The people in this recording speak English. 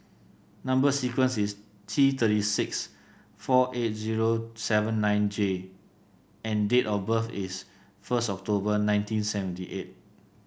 number sequence is T thirty six four eight zero seven nine J and date of birth is first October nineteen seventy eight